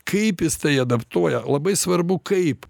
kaip jis tai adaptuoja labai svarbu kaip